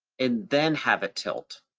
and then have it tilt,